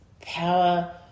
power